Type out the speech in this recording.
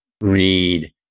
read